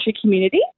community